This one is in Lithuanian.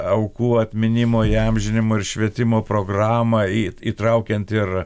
aukų atminimo įamžinimo ir švietimo programą į įtraukiant ir